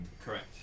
Correct